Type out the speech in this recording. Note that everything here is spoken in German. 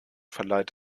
verleiht